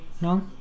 No